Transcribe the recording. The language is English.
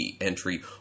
entry